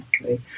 Okay